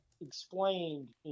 explained